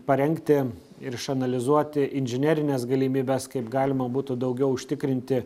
parengti ir išanalizuoti inžinerines galimybes kaip galima būtų daugiau užtikrinti